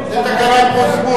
זאת תקנת פרוזבול.